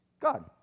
God